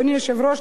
אדוני היושב-ראש,